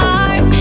heart